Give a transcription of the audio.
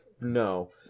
No